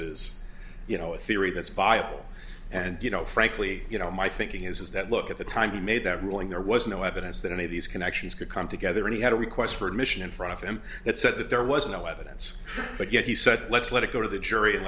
is you know a theory that's viable and you know frankly you know my thinking is is that look at the time he made that ruling there was no evidence that any of these connections could come together and he had a request for admission in front of him that said that there was no evidence but yet he said let's let it go to the jury